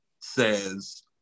says